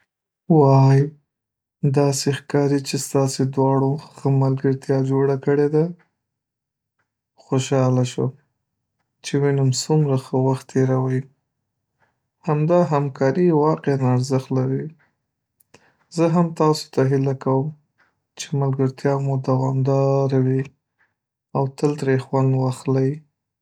وای، داسې ښکاري چې ستاسې دواړو ښه ملګرتیا جوړه کړې ده! خوشحال شوم چې وینم څومره ښه وخت تېروئ همدا همکاري واقعاً ارزښت لري زه هم تاسو ته هیله کوم چې ملګرتیا مو دوامداره وي او تل ترې خوند واخلی.